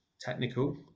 technical